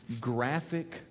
graphic